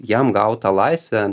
jam gautą laisvę